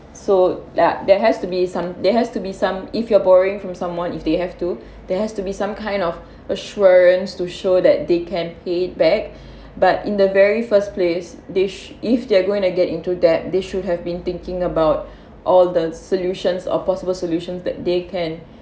so uh there has to be some there has to be some if you're borrowing from someone if they have to there has to be some kind of assurance to show that they can pay back but in the very first place dish if they're going to get into that they should have been thinking about all the solutions or possible solutions that they can